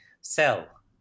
sell